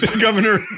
Governor